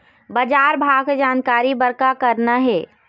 बजार भाव के जानकारी बर का करना हे?